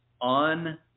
on